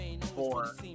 four